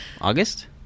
august